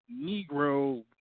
Negro